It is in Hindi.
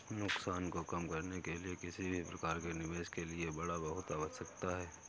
नुकसान को कम करने के लिए किसी भी प्रकार के निवेश के लिए बाड़ा बहुत आवश्यक हैं